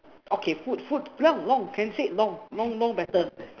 okay food food long long can say long long long better